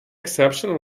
exception